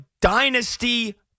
dynasty